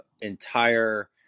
entire